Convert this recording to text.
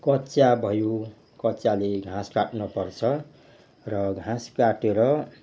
कचिया भयो कचियाले घाँस काट्नपर्छ र घाँस काटेर